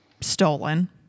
stolen